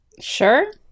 Sure